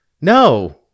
No